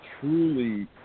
truly